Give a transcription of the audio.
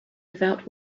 without